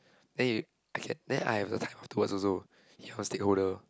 then you I can then I have the time towards also he must take holder